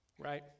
right